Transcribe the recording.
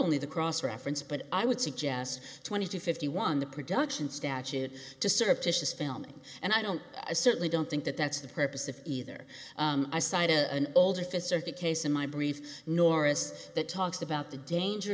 only the cross reference but i would suggest twenty to fifty one the production statute to surreptitious filming and i don't i certainly don't think that that's the purpose of either side a older fiserv the case in my brief norris that talks about the danger